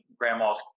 grandma's